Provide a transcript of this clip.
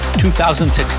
2016